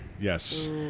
Yes